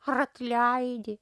ar atleidi